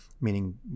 meaning